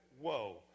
whoa